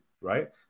right